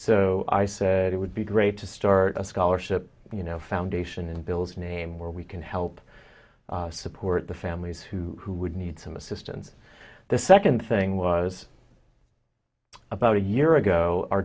so i said it would be great to start a scholarship you know foundation in bill's name where we can help support the families who would need some assistance the second thing was about a year ago our